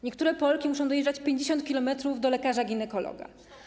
Niektóre Polki muszą dojeżdżać 50 km do lekarza ginekologa.